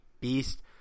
beast